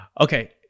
Okay